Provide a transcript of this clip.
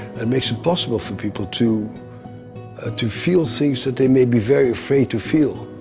and makes it possible for people to ah to feel things that they may be very afraid to feel.